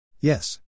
Yes